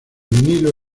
vinilo